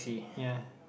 ya